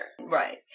Right